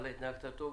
התנהגת טוב,